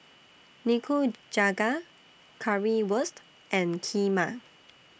Nikujaga Currywurst and Kheema